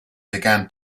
began